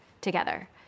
together